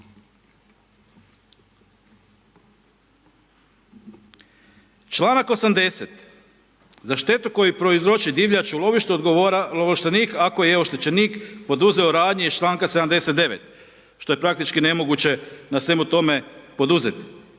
Čl. 80. za štetu koju prouzroči divljač u lovištu odgovora ovlaštenik ako je oštećenik poduzeo radnje iz čl. 79.,što je praktički nemoguće na svemu tome poduzeti.